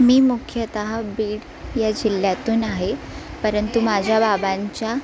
मी मुख्यतः बीड या जिल्ह्यातून आहे परंतु माझ्या बाबांच्या